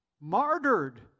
martyred